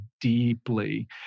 deeply